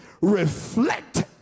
reflect